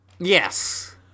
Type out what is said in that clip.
Yes